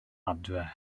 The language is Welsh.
adre